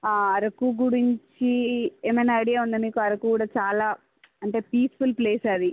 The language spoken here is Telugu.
ఆ అరకు గురించి ఏమైన ఐడియా ఉందా మీకు అరకు కూడా చాలా అంటే ప్లీస్ఫుల్ ప్లేస్ అది